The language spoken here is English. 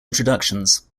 introductions